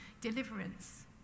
deliverance